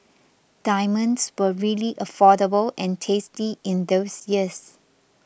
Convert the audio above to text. diamonds were really affordable and tasty in those years